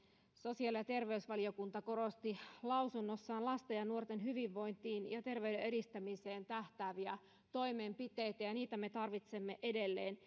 sosiaali ja terveysvaliokunta korosti lausunnossaan lasten ja nuorten hyvinvointiin ja terveyden edistämiseen tähtääviä toimenpiteitä ja ja niitä me tarvitsemme edelleen